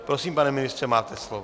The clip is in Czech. Prosím, pane ministře, máte slovo.